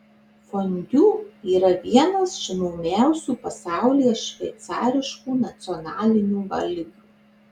fondiu yra vienas žinomiausių pasaulyje šveicariškų nacionalinių valgių